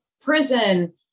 prison